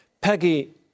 Peggy